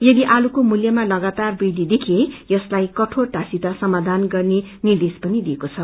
यदि आलूको मूल्यम लगातार वृद्धि देखिए यसलाई कठोरतासित समाधान गर्ने निर्देश पनि दिएको छ